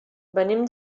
venim